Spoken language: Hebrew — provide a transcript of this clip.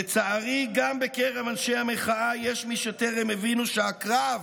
לצערי גם בקרב אנשי המחאה יש מי שטרם הבינו שהקרב